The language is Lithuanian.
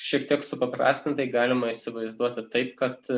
šiek tiek supaprastintai galima įsivaizduoti taip kad